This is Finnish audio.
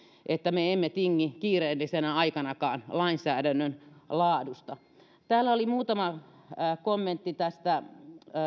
että me emme tingi kiireellisenä aikanakaan lainsäädännön laadusta täällä oli muutama kommentti tästä